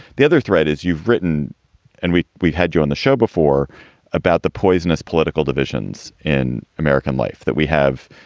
the other thread is you've written and we've had you on the show before about the poisonous political divisions in american life that we have